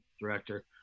director